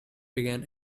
began